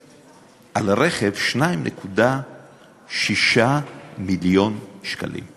הוציא על הרכב 2.6 מיליון שקלים.